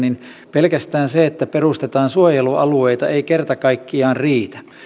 pelkästään se että perustetaan suojelualueita ei kerta kaikkiaan riitä